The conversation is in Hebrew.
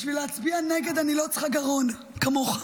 בשביל להצביע נגד אני לא צריכה גרון, כמוך.